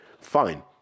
fine